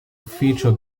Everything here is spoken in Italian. ufficio